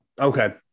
Okay